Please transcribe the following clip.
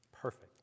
perfect